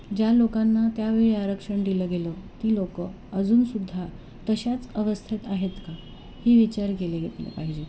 ज्या लोकांना त्यावेळी आरक्षण दिलं गेलं ती लोकं अजूनसुद्धा तशाच अवस्थेत आहेत का ही विचार केले घेतले पाहिजे